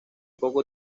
poco